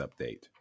Update